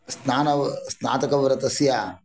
स्नानव स्नातकवर्तस्य